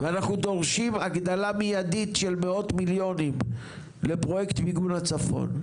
ואנחנו דורשים הגדלה מיידית של מאות מיליונים לפרויקט מיגון הצפון.